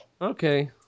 okay